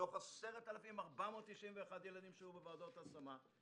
מתוך 10,491 ילדים שהיו בוועדות השמה,